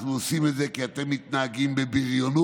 אנחנו עושים את זה כי אתם מתנהגים בבריונות.